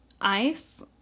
ice